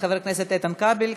מחבר הכנסת איתן כבל,